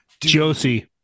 Josie